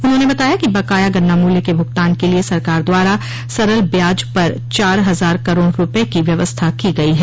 उन्होंने बताया कि बकाया गन्ना मूल्य के भुगतान के लिए सरकार द्वारा सरल ब्याज पर चार हजार करोड़ रूपये की व्यवस्था की गई है